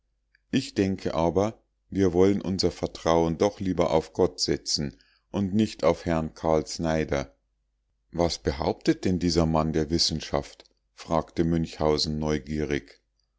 ich denke aber wir wollen unser vertrauen doch lieber auf gott setzen und nicht auf herrn karl snyder was behauptet denn dieser mann der wissenschaft fragte münchhausen neugierig